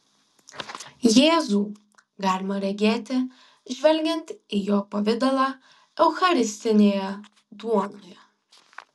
jėzų galima regėti žvelgiant į jo pavidalą eucharistinėje duonoje